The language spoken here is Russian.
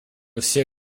все